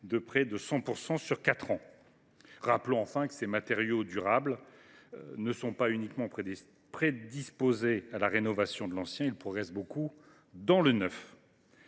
de près de 100 % depuis quatre ans. Rappelons encore que ces matériaux durables ne sont pas uniquement prédisposés à la rénovation de l’ancien et progressent aussi beaucoup dans le neuf.